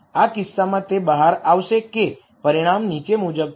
આ કિસ્સામાં તે બહાર આવશે કે પરિણામ નીચે મુજબ છે